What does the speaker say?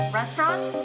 Restaurant